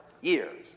years